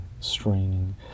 straining